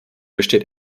besteht